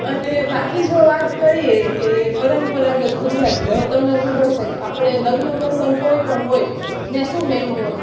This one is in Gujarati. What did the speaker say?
અને બાકી જો વાત કરીએ કે પરંપરાગત ગુજરાતી હવે તમને ખબર છે કે આપણે લગ્ન પ્રસંગ કોઈ પણ હોય ત્યાં શું મેનૂ હોય